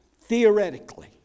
Theoretically